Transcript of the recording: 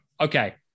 okay